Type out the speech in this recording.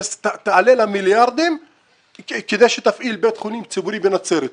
מה שיעלה לה מיליארדים כדי שתפעיל בית חולים ציבורי בנצרת.